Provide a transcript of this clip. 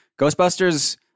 Ghostbusters